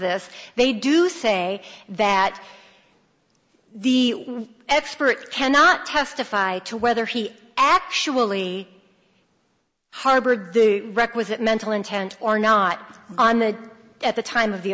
this they do say that the expert cannot testify to whether he actually harbored the requisite mental intent or not on the at the time of the